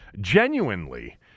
genuinely